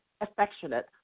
affectionate